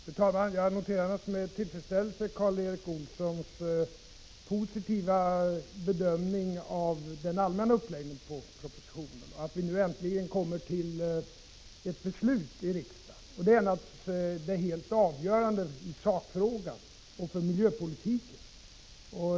Fru talman! Jag noterar med tillfredsställelse Karl Erik Olssons positiva bedömning av propositionens allmänna uppläggning och att vi nu äntligen kommer till ett beslut i riksdagen. Detta är naturligtvis det helt avgörande i sakfrågan och för miljöpolitiken.